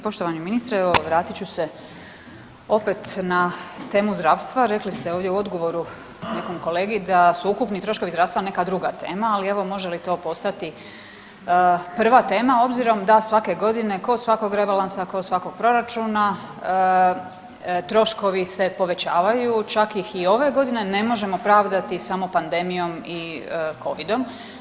Poštovani ministre evo vratit ću se opet na temu zdravstva, rekli ste ovdje u odgovoru nekom kolegi da su ukupni troškovi zdravstva neka druga tema, ali evo može li to postati obzirom da svake godine kod svakog rebalansa, kod svakog proračuna troškovi se povećavaju čak ih i ove godine ne možemo pravdati samo pandemijom i Covidom.